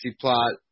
plot